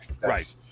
Right